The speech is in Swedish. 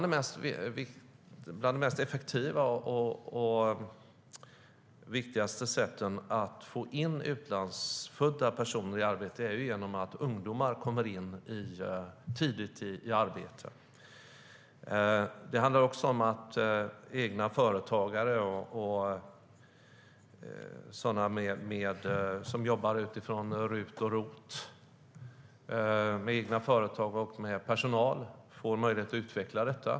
Ett av de effektivaste och viktigaste sätten att få in utlandsfödda personer i arbete är genom att ungdomar kommer in i arbete tidigt. Det handlar också om att egenföretagare och sådana som jobbar utifrån RUT och ROT, med egna företag och med personal, får möjlighet att utveckla detta.